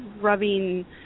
rubbing